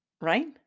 right